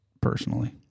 personally